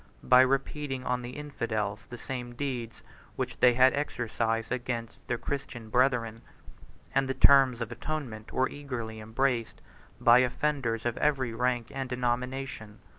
by repeating on the infidels the same deeds which they had exercised against their christian brethren and the terms of atonement were eagerly embraced by offenders of every rank and denomination.